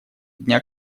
дня